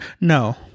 no